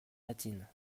latine